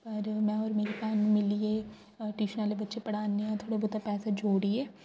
पर में होर मेरी भैन मिलियै ट्यूशन आह्ले बच्चे पढ़ाने आं थोह्ड़ा बहोता पैसा जोड़ियै